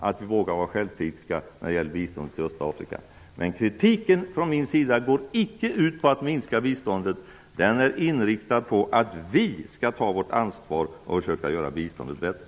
Detta kan den nuvarande biståndsministern i Norge, representant för Kritiken från mig går dock inte ut på att minska biståndet. Den är inriktad på att vi skall ta vårt ansvar för att göra biståndet bättre.